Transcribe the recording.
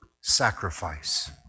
sacrifice